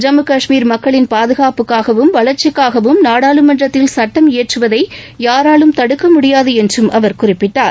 ஜம்மு கஷ்மீர் மக்களின் பாதுகாப்புக்காகவும் வளர்ச்சிக்காகவும் நாடாளுமன்றத்தில் சட்டம் இயற்றுவதையாராலும் தடுக்கமுடியாதுஎன்றும் அவர் குறிப்பிட்டார்